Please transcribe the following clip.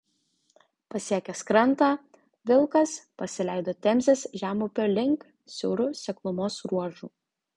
pasiekęs krantą vilkas pasileido temzės žemupio link siauru seklumos ruožu